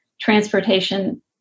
transportation